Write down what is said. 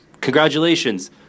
congratulations